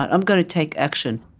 i'm going to take action.